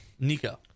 Nico